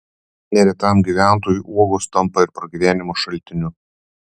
neretam gyventojui uogos tampa ir pragyvenimo šaltiniu